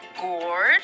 gourd